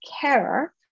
care